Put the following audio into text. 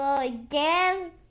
Again